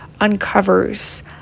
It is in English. uncovers